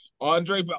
Andre